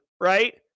right